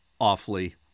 awfully